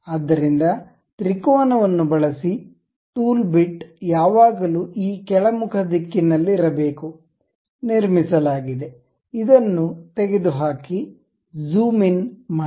ಆದ್ದರಿಂದ ತ್ರಿಕೋನವನ್ನು ಬಳಸಿ ಟೂಲ್ ಬಿಟ್ ಯಾವಾಗಲೂ ಈ ಕೆಳಮುಖ ದಿಕ್ಕಿನಲ್ಲಿರಬೇಕು ನಿರ್ಮಿಸಲಾಗಿದೆ ಇದನ್ನು ತೆಗೆದುಹಾಕಿ ಜೂಮ್ ಇನ್ ಮಾಡಿ